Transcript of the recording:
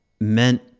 meant